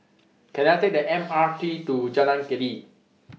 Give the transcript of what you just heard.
Can I Take The M R T to Jalan Keli